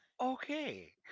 Okay